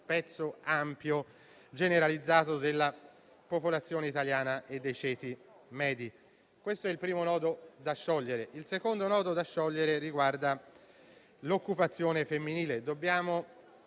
pezzo ampio e generalizzato della popolazione italiana e dei ceti medi. Questo è il primo nodo da sciogliere. Il secondo nodo riguarda l'occupazione femminile.